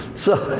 so,